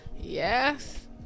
Yes